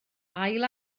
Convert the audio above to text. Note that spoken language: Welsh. ail